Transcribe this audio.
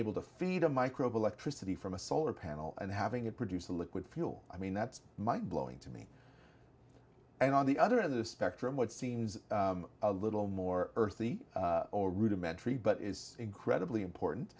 able to feed a microbe electricity from a solar panel and having it produce a liquid fuel i mean that's my blowing to me and on the other end of the spectrum what seems a little more earthy or rudimentary but is incredibly important